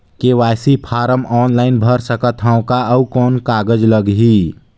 KYC form online भर सकत हवं का? अउ कौन कागज लगही?